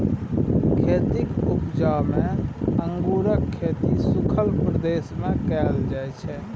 खेतीक उपजा मे अंगुरक खेती सुखल प्रदेश मे कएल जाइ छै